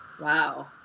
Wow